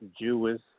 Jewish